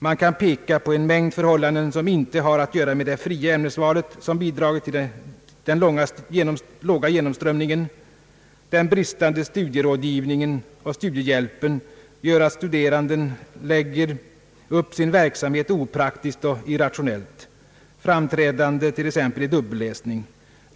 Man kan peka på en mängd förhållanden som inte har att göra med det fria ämnesvalet som bidragit till den låga genomströmningen. Den bristande studierådgivningen och studiehjälpen gör att studeranden lägger upp sin verksamhet opraktiskt och irrationellt, framträdande t.ex. i dubbelläsning.